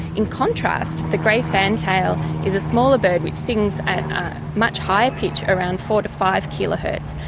in contrast, the grey fantail is a smaller bird which sings at a much higher pitch, around four to five kilohertz,